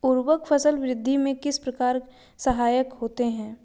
उर्वरक फसल वृद्धि में किस प्रकार सहायक होते हैं?